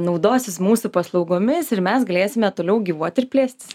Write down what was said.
naudosis mūsų paslaugomis ir mes galėsime toliau gyvuoti ir plėstis